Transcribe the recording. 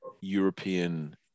European